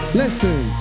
listen